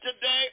today